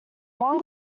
one